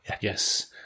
Yes